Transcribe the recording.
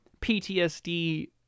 PTSD